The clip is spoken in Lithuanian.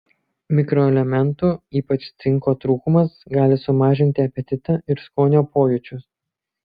mikroelementų ypač cinko trūkumas gali sumažinti apetitą ir skonio pojūčius